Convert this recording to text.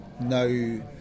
no